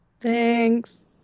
Thanks